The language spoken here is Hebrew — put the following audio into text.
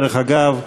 דרך אגב,